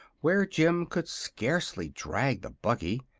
where jim could scarcely drag the buggy.